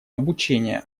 обучение